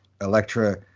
Electra